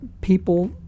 people